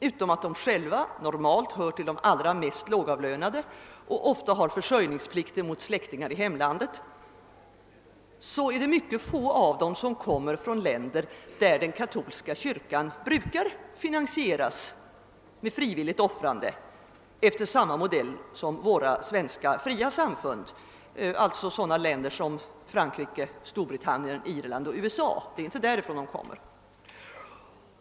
Utom att de själva normalt hör till de allra mest lågavlönade och ofta har försörjningsplikter mot släktingar i hemlandet, kommer mycket få av dem från länder, där den katolska kyrkan finansieras med frivilligt offrande efter samma modell som våra svenska fria samfund, alltså från länder som Frankrike, Storbritannien, Irland och USA. Det är inte därifrån invandrarna kommer.